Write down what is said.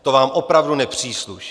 To vám opravdu nepřísluší.